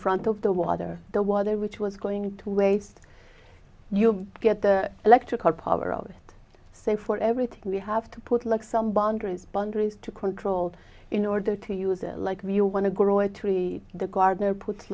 front of the water the water which was going to waste you get the electrical power of just say for everything we have to put like some bonders bundles to controlled in order to use it like when you want to grow a tree the gardener puts